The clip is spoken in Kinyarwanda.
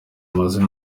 mazina